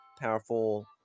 Powerful